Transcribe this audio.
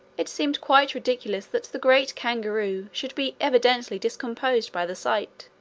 it seemed quite ridiculous that the great kangaroo should be evidently discomposed by the sight.